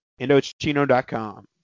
Indochino.com